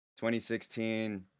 2016